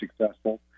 successful